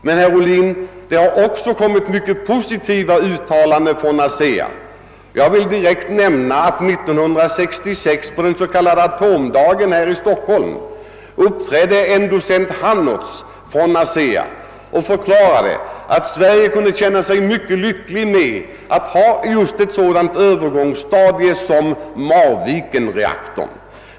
Men, herr Ohlin, det har också kommit mycket positiva uttalanden från ASEA. På den s.k. atomdagen 1966 uppträdde en docent Hannerz från ASEA här i Stockholm och förklarade att Sverige kunde känna sig lyckligt över att ha just ett sådant övergångsstadium som Marvikenreaktorn.